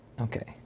Okay